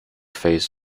phase